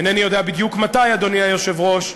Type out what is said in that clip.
אינני יודע בדיוק מתי, אדוני היושב-ראש,